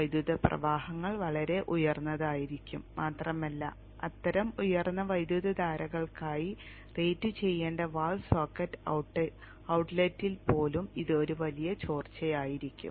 വൈദ്യുത പ്രവാഹങ്ങൾ വളരെ ഉയർന്നതായിരിക്കും മാത്രമല്ല അത്തരം ഉയർന്ന വൈദ്യുതധാരകൾക്കായി റേറ്റുചെയ്യേണ്ട വാൾ സോക്കറ്റ് ഔട്ട്ലെറ്റിൽ പോലും ഇത് ഒരു വലിയ ചോർച്ചയായിരിക്കും